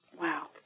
Wow